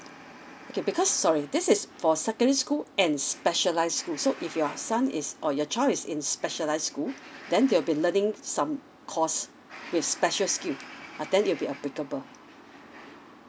okay because sorry this is for secondary school and specialise school so if your son is or your child in specialised school then they will be learning some course with special skill ah then it will be applicable